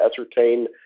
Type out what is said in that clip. ascertain